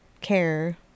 care